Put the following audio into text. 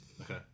Okay